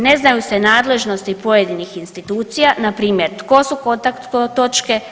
Ne znaju se nadležnosti pojedinih institucija, npr. tko su kontakt točke?